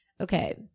okay